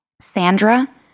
Sandra